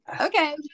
okay